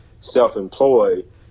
self-employed